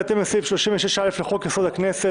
בהתאם לסעיף 36א לחוק-יסוד: הכנסת,